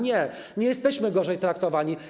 Nie, nie jesteśmy gorzej traktowani.